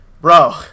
bro